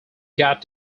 got